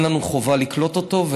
אין לנו חובה לקלוט אותו.